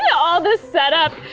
yeah all this setup,